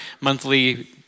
monthly